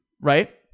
Right